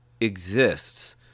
exists